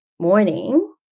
morning